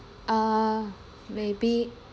uh maybe